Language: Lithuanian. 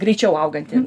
greičiau augantį